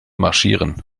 marschieren